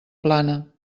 plana